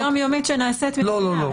--- יום-יומית שנעשית --- לא, חברים.